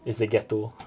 it's the ghetto